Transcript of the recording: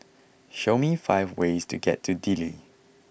show me five ways to get to Dili